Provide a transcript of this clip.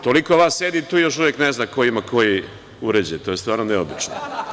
Toliko vas sedi tu i još ne zna ko ima koji uređaj, to je stvarno neobično.